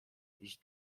iść